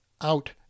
out